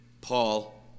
Paul